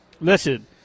Listen